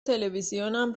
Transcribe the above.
تلویزیونم